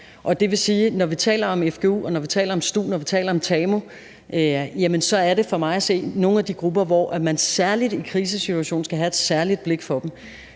taler om stu, og når vi taler om tamu, så er det for mig at se nogle af de grupper, man særlig i krisesituationer skal have et særligt blik for.